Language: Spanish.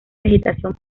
vegetación